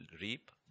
reap